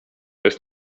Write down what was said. jest